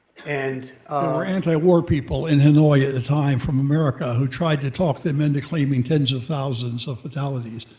and were antiwar people in hanoi at the time from american who tried to talk them into claiming tens of thousands of fatalities.